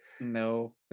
No